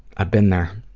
i've been there.